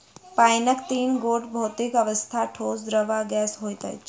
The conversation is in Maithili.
पाइनक तीन गोट भौतिक अवस्था, ठोस, द्रव्य आ गैस होइत अछि